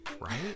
right